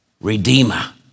redeemer